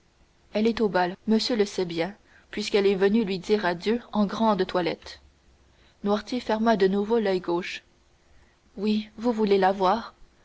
elle est au bal monsieur le sait bien puisqu'elle est venue lui dire adieu en grande toilette noirtier ferma de nouveau l'oeil gauche oui vous voulez la voir